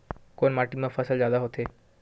कोन माटी मा फसल जादा होथे?